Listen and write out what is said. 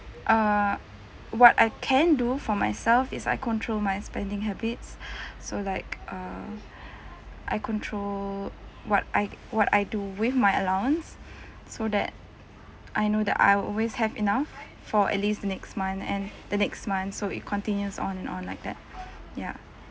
err what I can do for myself is I control my spending habits so like err I control what I what I do with my allowance so that I know that I will always have enough for at least next month and the next month so it continues on and on like that ya